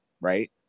right